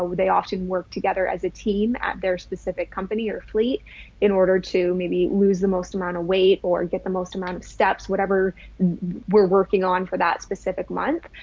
they often work together as a team at their specific company or fleet in order to maybe lose the most amount of weight or get the most amount of steps, whatever we're working on for that specific month.